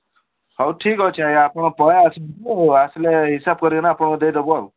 ହଉ ଠିକ୍ ଅଛି ଆଜ୍ଞା ଆପଣ ଆସନ୍ତୁ ହିସାବ କରିକି ନା ଆପଣଙ୍କୁ ଦେଇ ଦେବୁ ଆଉ